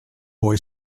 boy